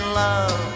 love